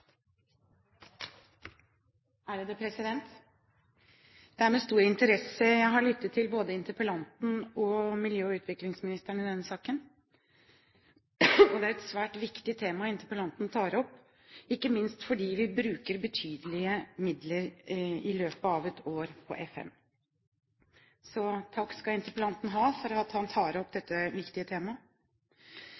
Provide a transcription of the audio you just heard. og miljø- og utviklingsministeren i denne saken. Det er et svært viktig tema interpellanten tar opp, ikke minst fordi vi bruker betydelige midler i løpet av et år på FN. Så takk skal interpellanten ha for at han tar opp dette viktige temaet. Vi har hørt at FN består av nesten 100 organisasjoner, inkludert kommisjoner, komiteer og utvalg. At det